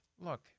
look